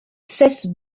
cesse